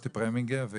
רותי פרמינגר.